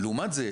לעומת זה,